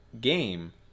game